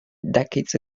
decades